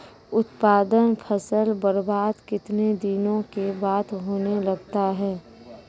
उत्पादन फसल बबार्द कितने दिनों के बाद होने लगता हैं?